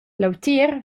leutier